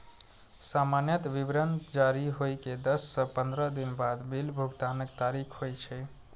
सामान्यतः विवरण जारी होइ के दस सं पंद्रह दिन बाद बिल भुगतानक तारीख होइ छै